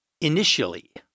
initially